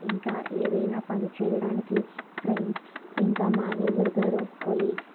ఇంకా ఏదైనా పని చేయడానికి ఫ్రెండ్స్ ఇంకా మేనేజరు గారు కోలీగ్స్